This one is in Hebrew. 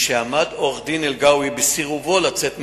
משעמד עורך-הדין אלגאווי בסירובו לצאת מהמעון,